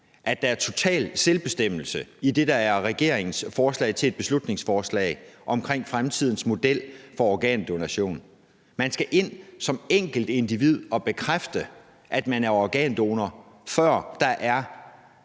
at der er total selvbestemmelse i det, der er regeringens forslag til folketingsbeslutning om fremtidens model for organdonation, altså at man skal ind som enkeltindivid og bekræfte, at man er organdonor, før det er registreret,